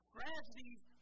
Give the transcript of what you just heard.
Tragedies